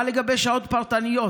מה לגבי שעות פרטניות?